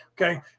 Okay